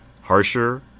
harsher